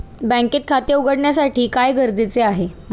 बँकेत खाते उघडण्यासाठी काय गरजेचे आहे?